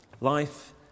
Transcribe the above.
Life